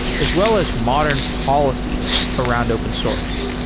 as well as modern policies around open source.